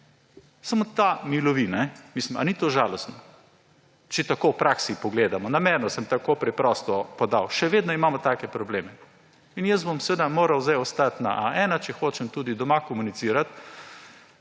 Samo ta mi lovi. Ali ni to žalostno, če tako v praksi pogledamo? Namerno sem tako preprosto podal. Še vedno imamo take probleme. In jaz bom seveda moral sedaj ostati na A1, če hočem tudi doma komunicirati